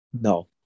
No